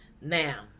Now